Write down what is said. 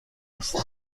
هستم